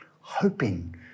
hoping